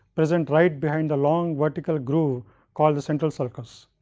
present right behind the long vertical groove called the central sulcus,